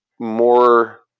more